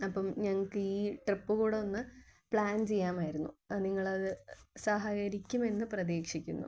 അപ്പം ഞങ്ങൾക്ക് ഈ ട്രിപ്പ് കൂടെ ഒന്ന് പ്ലാൻ ചെയ്യാമായിരുന്നു നിങ്ങൾ അത് സഹകരിക്കുമെന്ന് പ്രതീക്ഷിക്കുന്നു